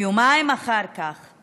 ויומיים אחר כך,